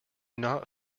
not